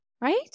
Right